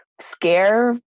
scare